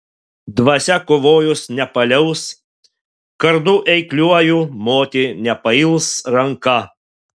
dvasia kovojus nepaliaus kardu eikliuoju moti nepails ranka